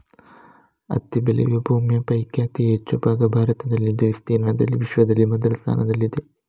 ಹತ್ತಿ ಬೆಳೆಯುವ ಭೂಮಿಯ ಪೈಕಿ ಅತಿ ಹೆಚ್ಚು ಭಾಗ ಭಾರತದಲ್ಲಿದ್ದು ವಿಸ್ತೀರ್ಣದಲ್ಲಿ ವಿಶ್ವದಲ್ಲಿ ಮೊದಲ ಸ್ಥಾನದಲ್ಲಿದೆ